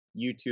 YouTube